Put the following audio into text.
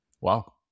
Wow